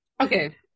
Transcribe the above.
okay